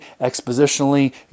expositionally